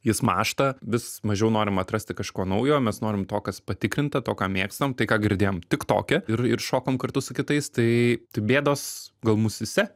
jis mąžta vis mažiau norim atrasti kažko naujo mes norim to kas patikrinta to ką mėgstam tai ką girdėjom tik toke ir šokom kartu su kitais tai tai bėdos gal musyse